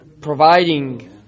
providing